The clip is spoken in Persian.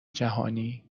جهانی